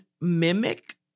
mimic